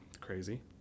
crazy